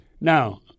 Now